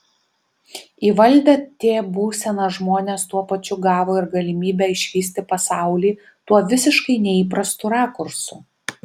įvaldę t būseną žmonės tuo pačiu gavo ir galimybę išvysti pasaulį tuo visiškai neįprastu rakursu